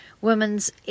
Women's